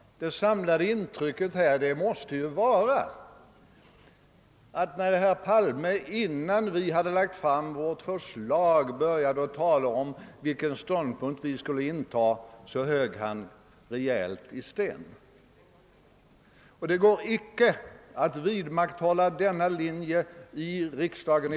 Det samlade intrycket måste bli att när herr Palme, innan vi hade lagt fram vårt förslag, började tala om vilken: ståndpunkt vi skulle inta, så högg han: rejält i sten. Det går inte att i dag vidmakthålla denna linje i riksdagen.